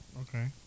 okay